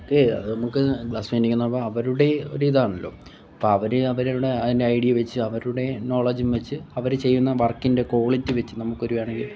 നമുക്ക് glass painting എന്ന് പറയുമ്പോൾ അവരുടെ ഒരു ഇതാണല്ലോ അപ്പോൾ അവർ അവരുടെ അതിൻ്റെ ഐ ഡി വച്ച് അവരുടെ നോളജും വച്ച് അവർ ചെയ്യുന്ന വർക്കിൻ്റെ കോളിറ്റി വച്ച് നമുക്ക് ഒരു വേണെ